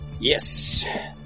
yes